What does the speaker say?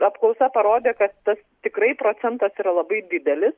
apklausa parodė kad tas tikrai procentas yra labai didelis